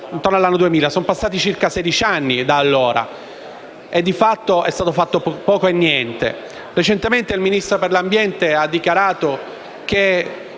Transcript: Sono passati circa sedici anni da allora ed è stato fatto poco o niente. Recentemente, il Ministro dell'ambiente ha dichiarato che